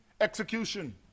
execution